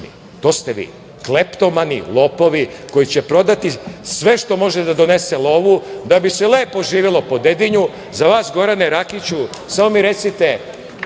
To ste vi. Kleptomani, lopovi koji će prodati sve što može da donese lovu da bi se lepo živelo po Dedinju.Za vas, Gorane Rakiću, recite